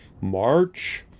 March